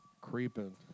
Creeping